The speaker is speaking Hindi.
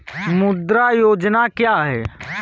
मुद्रा योजना क्या है?